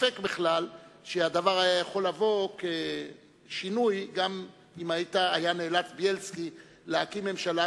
ספק שהדבר יכול היה לבוא כשינוי גם אם היה נאלץ בילסקי להקים ממשלה,